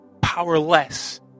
powerless